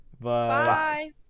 Bye